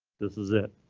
this is it.